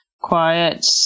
quiet